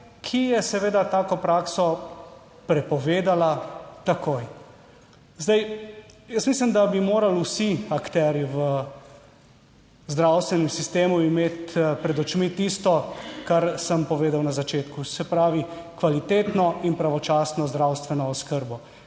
ki je seveda tako prakso prepovedala takoj. Zdaj, jaz mislim, da bi morali vsi akterji v zdravstvenem sistemu imeti pred očmi tisto, kar sem povedal na začetku, se pravi kvalitetno in pravočasno zdravstveno oskrbo